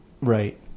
Right